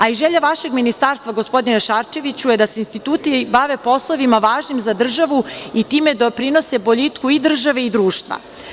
A i želja vašeg Ministarstva, gospodine Šarčeviću, je da se instituti bave poslovima važnim za državu i time doprinose boljitku i države i društva.